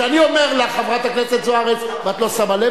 כשאני אומר לך חברת הכנסת זוארץ ואת לא שמה לב,